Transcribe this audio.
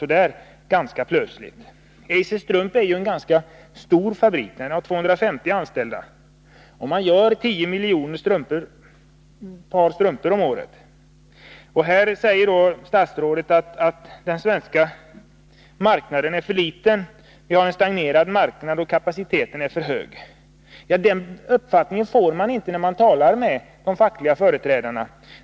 Eiser Strump AB är ju en ganska stor fabrik. Den har 250 anställda och man gör 10 miljoner par strumpor om året. Nu säger statsrådet att den svenska marknaden är för liten, vi har en stagnerande marknad och kapaciteten är för hög. Den uppfattningen får man inte när man talar med de fackliga företrädarna.